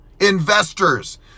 investors